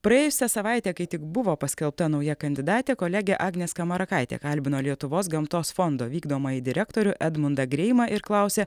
praėjusią savaitę kai tik buvo paskelbta nauja kandidatė kolegė agnė skamarakaitė kalbino lietuvos gamtos fondo vykdomąjį direktorių edmundą greimą ir klausė